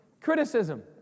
criticism